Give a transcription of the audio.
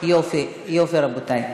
ברוב קולות,